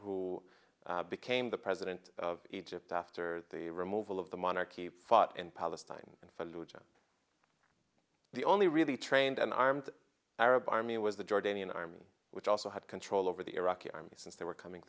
who became the president of egypt after the removal of the monarchy fought in palestine and the only really trained and armed arab army was the jordanian army which also had control over the iraqi army since they were coming